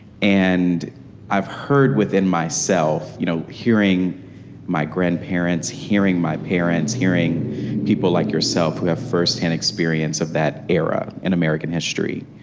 and i've heard within myself you know hearing my grandparents, hearing my parents, hearing people like yourself who have firsthand experience of that era in american history,